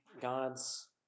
God's